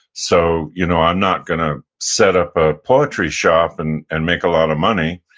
so you know i'm not going to set up a poetry shop and and make a lot of money.